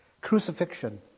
Crucifixion